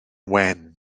wen